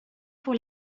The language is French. pour